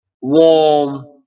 warm